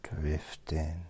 drifting